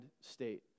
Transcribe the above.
state